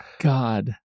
God